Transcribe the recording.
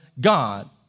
God